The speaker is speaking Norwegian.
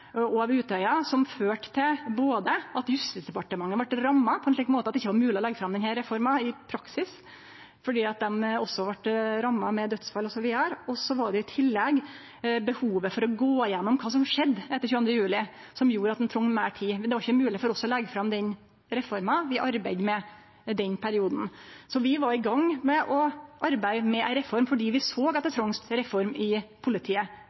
og åtaket på Utøya førte til at Justisdepartementet vart ramma på ein slik måte at det ikkje var mogleg å leggje fram denne reforma i praksis, for dei vart også ramma av dødsfall osv. I tillegg var det etter 22. juli behov for å gå gjennom kva som skjedde, så ein trong meir tid. Det var ikkje mogleg for oss å leggje fram reforma vi arbeidde med, i den perioden. Vi var i gang med å arbeide med ei reform fordi vi såg at det trongst ei reform i politiet.